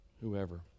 Whoever